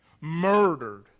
murdered